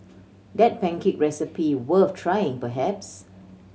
that pancake recipe worth trying perhaps